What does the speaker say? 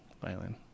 violin